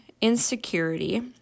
insecurity